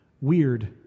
weird